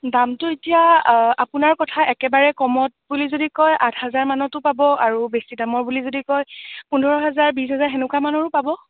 দামটো এতিয়া আপোনাৰ কথা একেবাৰে কমত বুলি যদি কয় আঠ হাজাৰ মানতো পাব আৰু বেছি দামৰ বুলি যদি কয় পোন্ধৰ হাজাৰ বিছ হাজাৰ তেনেকোৱা মানৰো পাব